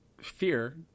Fear